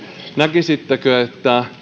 näkisittekö että